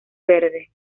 verde